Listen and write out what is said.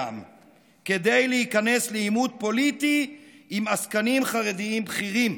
כדי להיכנס לעימות פוליטי עם עסקנים חרדים בכירים,